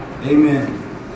Amen